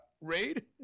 Raid